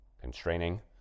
constraining